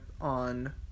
on